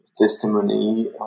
testimony